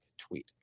tweet